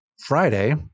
Friday